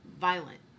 violent